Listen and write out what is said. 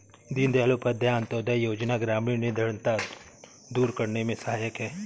दीनदयाल उपाध्याय अंतोदय योजना ग्रामीण निर्धनता दूर करने में सहायक है